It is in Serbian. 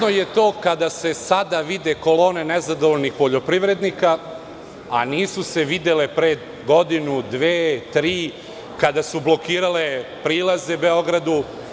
Čudno je to kada se sada vide kolone nezadovoljnih poljoprivrednika, a nisu se videle pre godinu, dve, tri, kada su blokirale prilaze Beogradu.